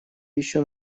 ещё